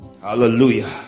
Hallelujah